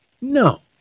No